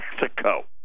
Mexico